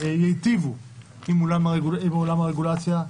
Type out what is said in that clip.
ייטיבו עם עולם הרגולציה,